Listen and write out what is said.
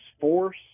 force